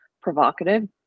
provocative